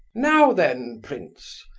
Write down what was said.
now then, prince!